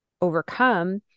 overcome